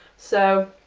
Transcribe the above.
so.